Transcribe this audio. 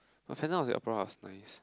but Phantom-Of-The-Opera was nice